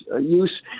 use